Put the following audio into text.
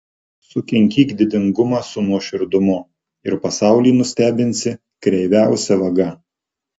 sukinkyk didingumą su nuoširdumu ir pasaulį nustebinsi kreiviausia vaga